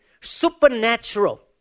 supernatural